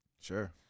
Sure